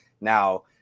Now